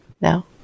no